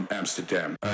Amsterdam